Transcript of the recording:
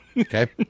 Okay